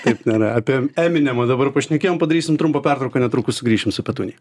taip nėra apie eminemą dabar pašnekėjom padarysim trumpą pertrauką netrukus sugrįšim su petunija